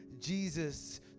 Jesus